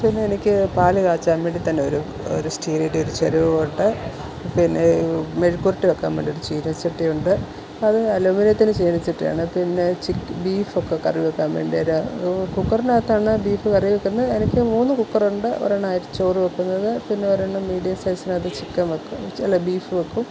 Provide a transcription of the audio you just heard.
പിന്നെനിക്ക് പാല് കാച്ചാൻ വേണ്ടി തന്നൊരു ഒരു സ്റ്റീലിൻ്റെ ഒരു ചരുവമുണ്ട് പിന്നെ മെഴുക്കുപുരട്ടി വെയ്ക്കാൻ വേണ്ടിയിട്ടൊരു ചീനച്ചട്ടി ഉണ്ട് അത് അലൂമിനിയത്തിൻ്റെ ചീനച്ചട്ടിയാണ് പിന്നെ ചി ബീഫൊക്കെ കറിവെക്കാൻ വേണ്ടിയൊരു കുക്കറിനകത്താണ് ബീഫ് കറി വെക്കുന്നെ എനിക്ക് മൂന്ന് കുക്കറുണ്ട് ഒരെണ്ണം ചോറ് വെക്കുന്നത് പിന്നൊരെണ്ണം മീഡിയം സൈസിനകത്ത് ചിക്കൻ വയ്ക്കും അല്ല ബീഫ് വയ്ക്കും